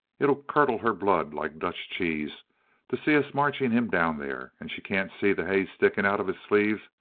it'll curdle her blood like dutch cheese to see us marching him down there and she can't see the hay sticking out of his sleeves,